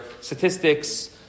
statistics